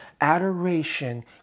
adoration